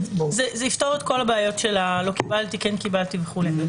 זה יפתור את כל הבעיות של לא קיבלתי או כן קיבלתי וכולי.